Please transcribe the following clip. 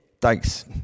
Thanks